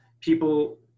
People